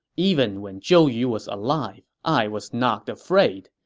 even when zhou yu was alive, i was not afraid.